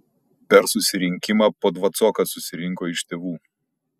per susirinkimą po dvacoką susirinko iš tėvų